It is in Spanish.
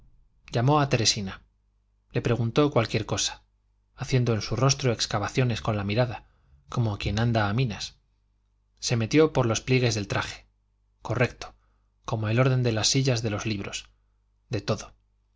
llamó a teresina le preguntó cualquier cosa haciendo en su rostro excavaciones con la mirada como quien anda a minas se metió por los pliegues del traje correcto como el orden de las sillas de los libros de todo